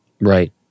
right